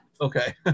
Okay